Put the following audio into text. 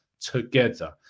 together